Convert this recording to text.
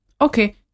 Okay